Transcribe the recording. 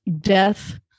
death